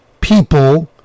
people